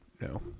No